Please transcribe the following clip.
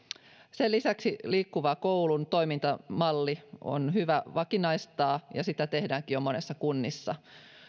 sen lisäksi liikkuva koulu toimintamalli on hyvä vakinaistaa ja sitä tehdäänkin jo monissa kunnissa